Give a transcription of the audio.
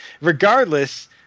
regardless –